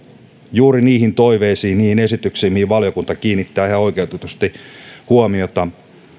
juuri niihin toiveisiin ja niihin esityksiin mihin valiokunta kiinnittää ihan oikeutetusti huomiota